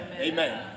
Amen